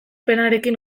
penarekin